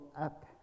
up